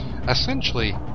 Essentially